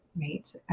right